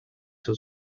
seu